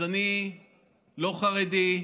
אז אני לא חרדי,